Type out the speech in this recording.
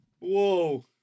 Whoa